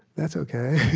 that's ok